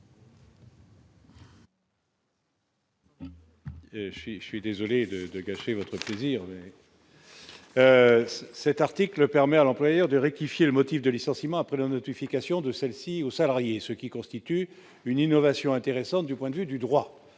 je suis désolé de de gâcher votre plaisir. Cet article permet à l'employeur de rectifier le motif de licenciement après la notification de celle-ci aux salariés, ce qui constitue une innovation intéressante du point de vue du droit,